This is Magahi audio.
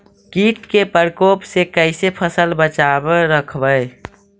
कीट के परकोप से कैसे फसल बचाब रखबय?